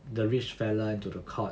the rich fella into the court